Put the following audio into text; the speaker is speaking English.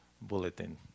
bulletin